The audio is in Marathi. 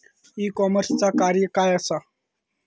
ई कॉमर्सचा कार्य काय असा?